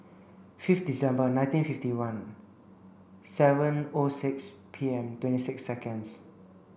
fifth December nineteen fifty one seven O six P M twenty six seconds